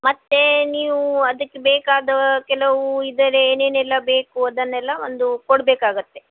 ಮತ್ತೆ ನೀವು ಅದಕ್ಕೆ ಬೇಕಾದ ಕೆಲವು ಇದರ ಏನೇನೆಲ್ಲ ಬೇಕು ಅದನ್ನೆಲ್ಲ ಒಂದು ಕೊಡಬೇಕಾಗತ್ತೆ